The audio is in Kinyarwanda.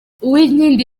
uwinkindi